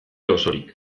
osorik